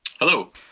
Hello